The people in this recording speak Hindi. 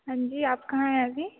हाँ जी आप कहाँ हैं अभी